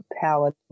power